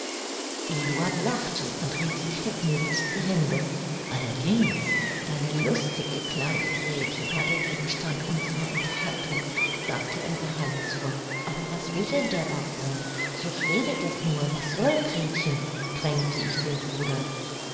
eduard lachte und rieb sich vergnügt die hände allerdings deine lustige kleine grete war der gegenstand unserer unterhaltung sagte er geheimnißvoll aber was will denn der baron so rede doch nur was soll gretchen drängte ich den bruder